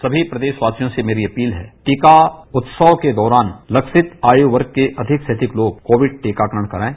सभी प्रदेश वासियों से मेरी अपील है टीका उत्सव के दौरान लक्षित आयु वर्ण के अधिक से अधिक लोग कोविड टीकाकरण करवाएं